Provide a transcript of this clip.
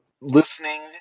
listening